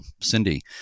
Cindy